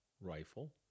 rifle